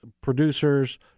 producers